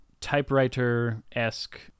typewriter-esque